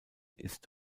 ist